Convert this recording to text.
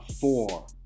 four